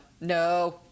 no